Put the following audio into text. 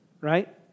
right